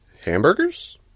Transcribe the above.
Hamburgers